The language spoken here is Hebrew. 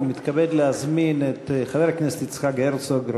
ומתכבד להזמין את חבר הכנסת יצחק הרצוג,